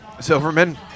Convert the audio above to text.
Silverman